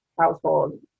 household